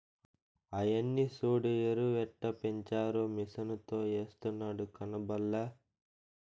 ఆయన్ని సూడు ఎరుయెట్టపెంచారో మిసనుతో ఎస్తున్నాడు కనబల్లా